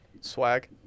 Swag